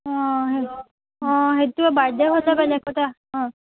অঁ সেই অঁ সেইটো বাৰ্থ ডে হিচাপে নাই পতা অঁ